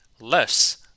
less